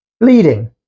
Bleeding